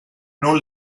non